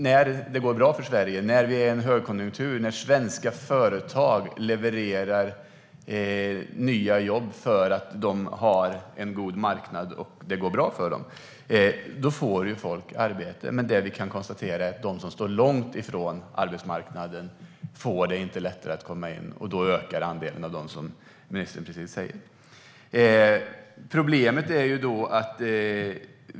När det går bra för Sverige, när vi är i en högkonjunktur och svenska företag levererar nya jobb för att de har en god marknad och för att det går bra för dem får folk arbete, men de som står långt ifrån arbetsmarknaden får det inte lättare att komma in. Då ökar deras andel, precis som ministern säger.